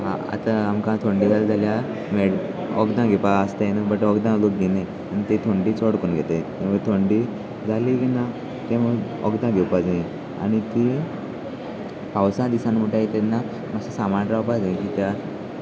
आतां आमकां थंडी जाली जाल्यार मेळ वखदां घेवपा आसतानू बट वखदां लोक घेयना आनी ती थंडी चड करून घेताय थंडी जाली की ना ते म्हणून वखदां घेवपा जाय आनी ती पावसा दिसान म्हुटा तेन्ना मात्शें सांबाळून रावपा जाय कित्याक